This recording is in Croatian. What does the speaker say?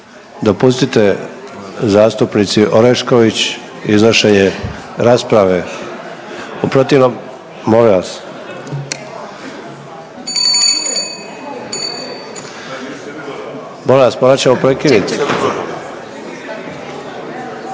dopustite zastupnici Orešković iznošenje rasprave, u protivnom, molim vas. Molim vas morat ćemo prekinuti.